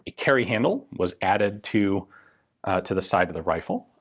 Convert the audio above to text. ah carry handle was added to to the side of the rifle.